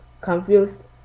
confused